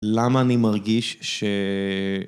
למה אני מרגיש ש...